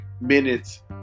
minutes